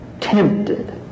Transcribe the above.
tempted